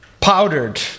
Powdered